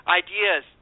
ideas